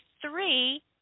three